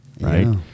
right